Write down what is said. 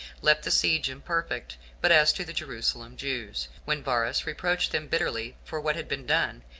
left the siege imperfect but as to the jerusalem jews, when varus reproached them bitterly for what had been done,